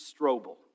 Strobel